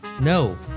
No